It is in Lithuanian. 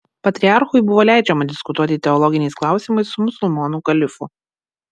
patriarchui buvo leidžiama diskutuoti teologiniais klausimais su musulmonų kalifu